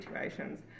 situations